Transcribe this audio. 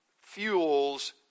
fuels